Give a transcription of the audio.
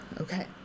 Okay